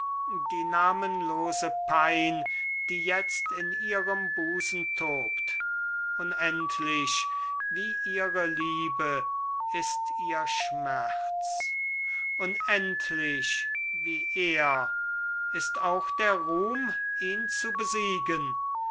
die namenlose pein die jetzt in ihrem busen tobt unendlich wie ihre liebe ist ihr schmerz unendlich wie er ist auch der ruhm ihn zu besiegen